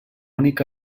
únic